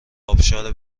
ابشار